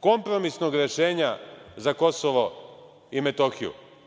kompromisnog rešenja za Kosovo i Metohiju. Pričali